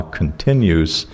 continues